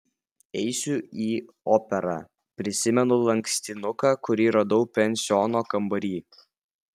eisiu į operą prisimenu lankstinuką kurį radau pensiono kambary